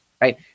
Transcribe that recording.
right